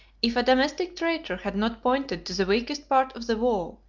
if a domestic traitor had not pointed to the weakest part of the wall,